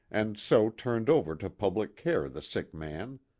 and so turned over to public care the sick man.